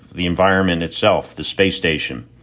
the environment itself, the space station,